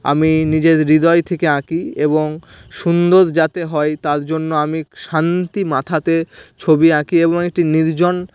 আমি নিজের হৃদয় থেকে আঁকি এবং সুন্দর যাতে হয় তার জন্য আমি শান্তি মাথাতে ছবি আঁকি এবং একটি নির্জন